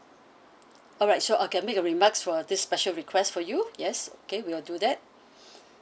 alright sure I can make a remarks for this special request for you yes okay we'll do that